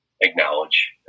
acknowledge